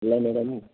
ಇಲ್ಲ ಮೇಡಮ್